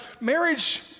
marriage